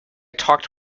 talked